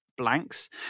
blanks